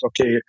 okay